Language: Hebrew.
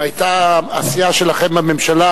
אם היתה הסיעה שלכם בממשלה,